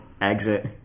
exit